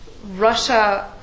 Russia